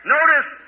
Notice